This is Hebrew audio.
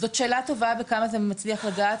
זאת שאלה טובה בכמה זה מצליח לגעת,